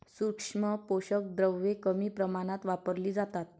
सूक्ष्म पोषक द्रव्ये कमी प्रमाणात वापरली जातात